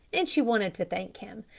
and she wanted to thank him.